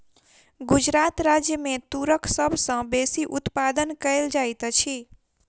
गुजरात राज्य मे तूरक सभ सॅ बेसी उत्पादन कयल जाइत अछि